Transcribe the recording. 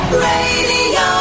Radio